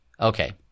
Okay